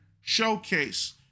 showcase